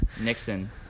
Nixon